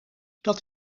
dat